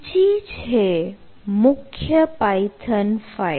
બીજી છે મુખ્ય python file